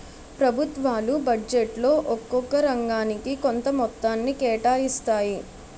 ప్రభుత్వాలు బడ్జెట్లో ఒక్కొక్క రంగానికి కొంత మొత్తాన్ని కేటాయిస్తాయి